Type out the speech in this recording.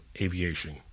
aviation